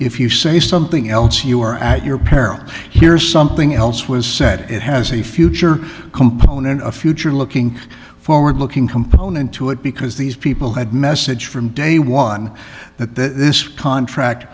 if you say something else you are at your peril here's something else was said it has a future component a future looking forward looking component to it because these people had message from day one that this contract